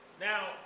Now